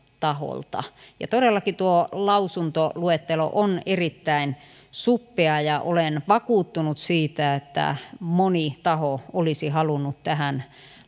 taholta todellakin tuo lausuntoluettelo on erittäin suppea ja olen vakuuttunut siitä että moni taho olisi halunnut tähän